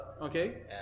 Okay